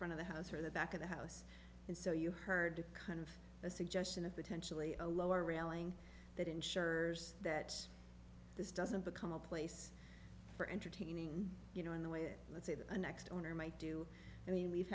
front of the house or the back of the house and so you heard kind of a suggestion of potentially a lower railing that ensures that this doesn't become a place for entertaining you know in the way that let's say the next owner might do i mean we've